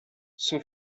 son